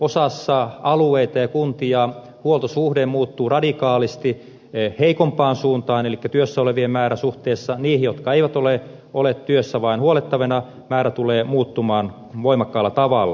osassa alueita ja kuntia huoltosuhde muuttuu radikaalisti heikompaan suuntaan elikkä työssä olevien määrä suhteessa niihin jotka eivät ole työssä vaan huollettavina määrä tulee muuttumaan voimakkaalla tavalla